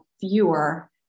fewer